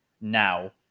now